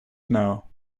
know